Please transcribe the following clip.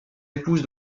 épouse